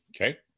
Okay